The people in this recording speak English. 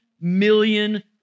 million